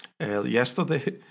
Yesterday